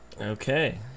okay